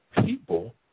people